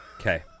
Okay